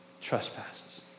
trespasses